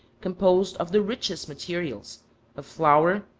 composed of the richest materials of flour,